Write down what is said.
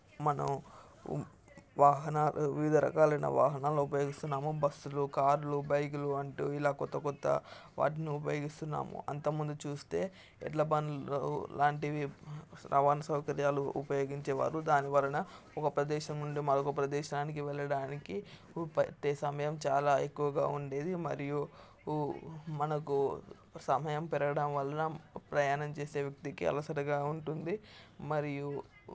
మనం వాహనాలు వివిధ రకాలైన వాహనాలు ఉపయోగిస్తున్నాము బస్సులు కారులు బైకులు అంటూ ఇలా కొత్తకొత్త వాటిని ఉపయోగిస్తున్నాము అంతముందు చూస్తే ఎడ్ల బండ్లు లాంటివి రవాణా సౌకర్యాలు ఉపయోగించేవారు దాని వలన ఒక ప్రదేశం నుండి మరొక ప్రదేశానికి వెళ్లడానికి పట్టే సమయం చాలా ఎక్కువగా ఉండేది మరియు మనకు సమయం పెరగడం వలన ప్రయాణం చేసే వ్యక్తికి అలసటగా ఉంటుంది మరియు